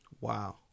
Wow